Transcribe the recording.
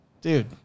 dude